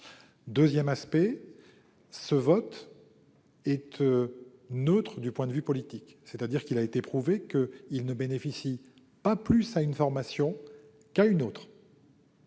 Deuxièmement, ce vote est neutre du point de vue politique. Il a été prouvé qu'il ne bénéficie pas plus à une formation qu'à une autre.